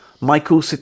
Michael